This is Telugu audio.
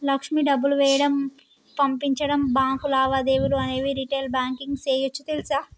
లక్ష్మి డబ్బులు వేయడం, పంపించడం, బాంకు లావాదేవీలు అనేవి రిటైల్ బాంకింగ్ సేయోచ్చు తెలుసా